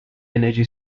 energy